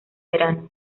verano